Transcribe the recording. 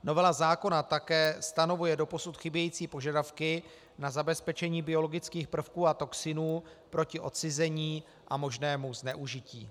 Novela zákona také stanovuje doposud chybějící požadavky na zabezpečení biologických prvků a toxinů proti odcizení a možnému zneužití.